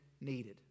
needed